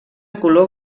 color